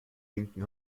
linken